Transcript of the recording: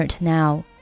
now